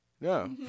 No